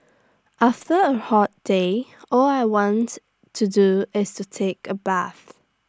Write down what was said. after A hot day all I want to do is to take A bath